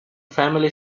family